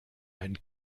einen